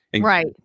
Right